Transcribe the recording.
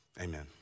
amen